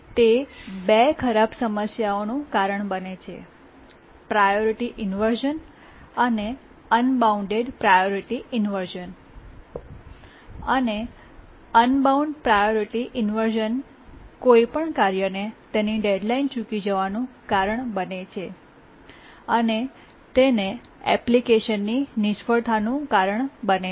તે બે ખરાબ સમસ્યાઓનું કારણ બને છે પ્રાયોરિટી ઇન્વર્શ઼ન અને અનબાઉન્ડ પ્રાયોરિટી ઇન્વર્શ઼ન અને અનબાઉન્ડ પ્રાયોરિટી ઇન્વર્શ઼ન કોઈપણ કાર્યને તેની ડેડલાઇન ચૂકી જવાનું કારણ બને છે અને એપ્લિકેશનની નિષ્ફળતાનું કારણ બને છે